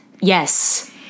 Yes